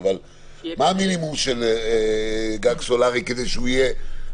אבל מה המינימום של גג סולארי כדי שהוא יהיה